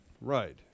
Right